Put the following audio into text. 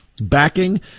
backing